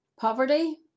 poverty